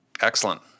Excellent